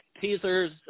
teasers